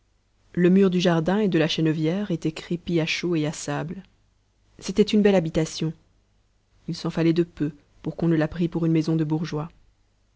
le mur du jardin et de la chènevière était crépi à chaux et à sable c'était une belle habitation il s'en fallait de peu pour qu'on ne la prît pour une maison de bourgeois